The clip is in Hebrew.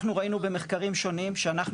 אנחנו ראינו במחקרים שונים שכשאנחנו